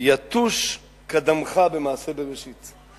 יתוש קדמך במעשה בראשית.